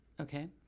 Okay